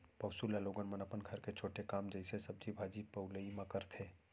पौंसुल ल लोगन मन अपन घर के छोटे काम जइसे सब्जी भाजी पउलई म करथे